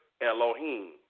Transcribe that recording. Elohim